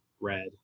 red